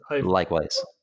likewise